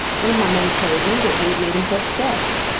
one of my men told me that he had made himself scarce.